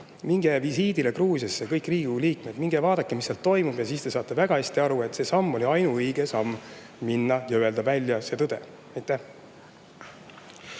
Minge visiidile Gruusiasse, kõik Riigikogu liikmed. Minge vaadake, mis seal toimub, ja siis te saate väga hästi aru, et see samm oli ainuõige samm – minna ja öelda välja tõde.